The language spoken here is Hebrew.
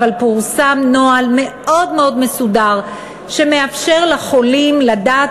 אבל פורסם נוהל מאוד מאוד מסודר שמאפשר לחולים לדעת